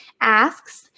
asks